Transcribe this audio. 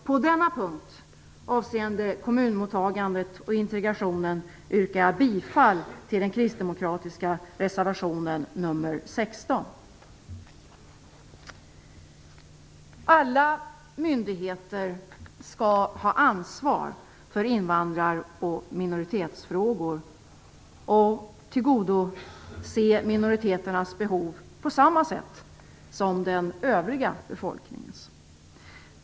På denna punkt, avseende kommunmottagandet och integrationen, yrkar jag bifall till den kristdemokratiska reservationen nr 16. Alla myndigheter skall ha ansvar för invandraroch minoritetsfrågor och tillgodose minoriteternas behov på samma sätt som den övriga befolkningens.